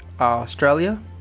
australia